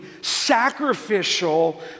sacrificial